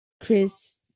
Chris